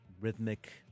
rhythmic